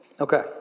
Okay